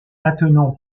attenant